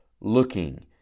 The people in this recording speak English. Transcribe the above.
looking